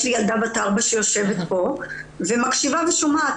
לי ילדה בת ארבע שיושבת כאן לידי ומקשיבה ושומעת.